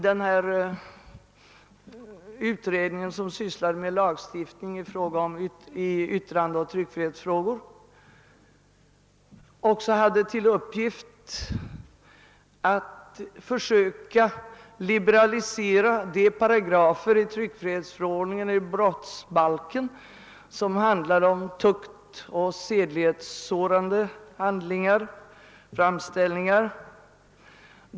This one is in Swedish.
| Den utredning som arbetar med yttrandeoch tryckfrihetslagstiftningen hade också till uppgift att försöka liberalisera de paragrafer i tryckfrihetsförordningen och i brottsbalken som avser tuktoch sedlighetssårande handlingar och framställningar.